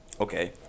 Okay